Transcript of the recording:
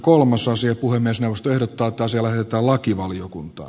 puhemiesneuvosto ehdottaa että asia lähetetään lakivaliokuntaan